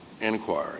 inquiry